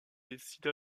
décide